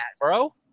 bro